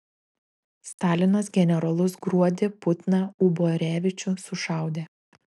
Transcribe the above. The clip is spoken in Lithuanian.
stalinas generolus gruodį putną uborevičių sušaudė